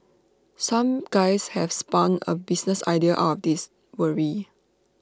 some guys have spun A business idea out of this worry